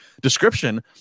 description